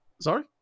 Sorry